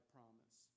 promise